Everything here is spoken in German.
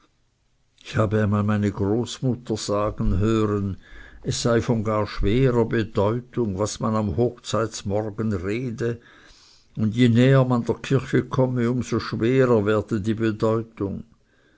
ich habe einmal meine großmutter sagen hören es sei von gar schwerer bedeutung was man am hochzeitmorgen rede und je näher man der kirche komme um so schwerer werde die bedeutung